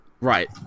Right